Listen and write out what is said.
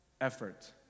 effort